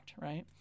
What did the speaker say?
Right